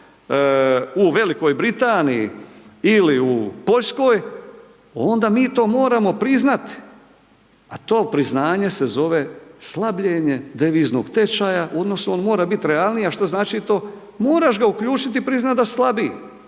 u Velikoj Britaniji ili u Poljskoj onda mi to moramo priznati, a to priznanje se zove slabljenje deviznog tečaja odnosno on mora biti realniji. A što znači to? Moraš ga uključiti i priznati da slabi.